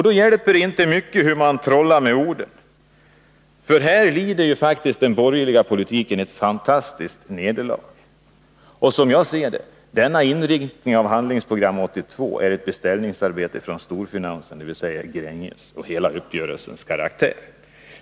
Då hjälper det inte hur mycket man än trollar med ord. Här lider faktiskt den borgerliga politiken ett fantastiskt nederlag. Och som jag ser det är denna inriktning av Handlingsprogram 1982 ett beställningsarbete från storfinansen, dvs. Gränges. Det framgår också av hela uppgörelsens karaktär.